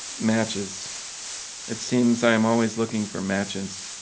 matches it seems i am always looking for matches.